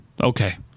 okay